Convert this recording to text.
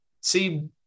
see